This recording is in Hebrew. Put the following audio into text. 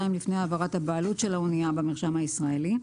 לפני העברת הבעלות על האנייה במרשם הישראלי.